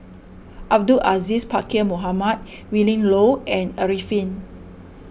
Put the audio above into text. Abdul Aziz Pakkeer Mohamed Willin Low and Arifin